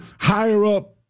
higher-up